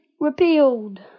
repealed